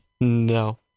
No